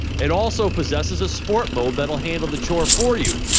it also possesses a sport mode that'll handle the chore for you.